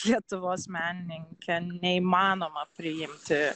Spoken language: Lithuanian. lietuvos menininke neįmanoma priimti